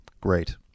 great